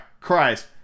Christ